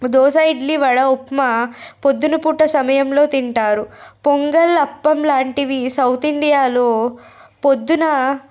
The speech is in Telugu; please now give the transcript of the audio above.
దోశ ఇడ్లీ వడ ఉప్మా పొద్దున పూట సమయంలో తింటారు పొంగల్ అప్పం లాంటివి సౌత్ ఇండియాలో ప్రొద్దున